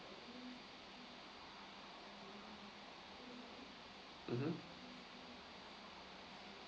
mmhmm